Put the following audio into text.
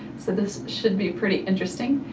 so this should be pretty interesting.